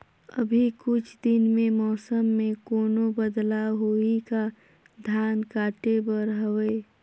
अभी कुछ दिन मे मौसम मे कोनो बदलाव होही का? धान काटे बर हवय?